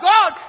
God